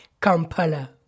Kampala